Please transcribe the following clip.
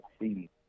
see